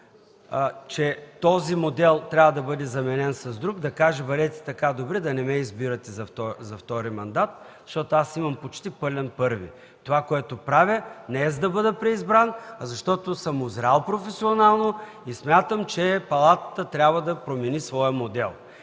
че този модел трябва да бъде заменен с друг, да каже: „Бъдете така добри да не ме избирате за втори мандат, защото аз имам почти пълен първи. Това, което правя не е, за да бъда преизбран, а защото съм узрял професионално и смятам, че Палатата трябва да промени своя модел”.